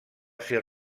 ser